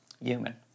human